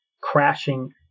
crashing